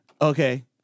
Okay